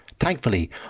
Thankfully